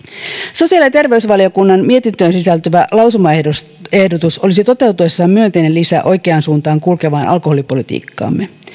sosiaali ja terveysvaliokunnan mietintöön sisältyvä lausumaehdotus olisi toteutuessaan myönteinen lisä oikeaan suuntaan kulkevaan alkoholipolitiikkaamme